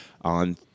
on